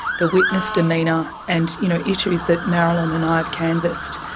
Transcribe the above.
the witness demeanour, and you know issues that marilyn and i have canvassed.